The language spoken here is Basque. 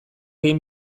egin